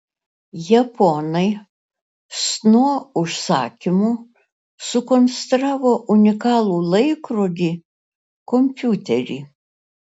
japonai sno užsakymu sukonstravo unikalų laikrodį kompiuterį